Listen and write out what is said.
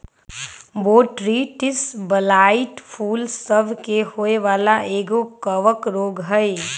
Botrytis blight फूल सभ के होय वला एगो कवक रोग हइ